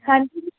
ਹਾਂਜੀ